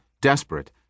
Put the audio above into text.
desperate